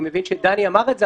אני מבין שדני אמר אותה,